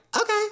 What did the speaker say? okay